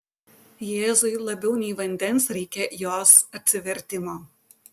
jėzui labiau nei vandens reikia jos atsivertimo